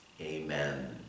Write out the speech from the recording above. Amen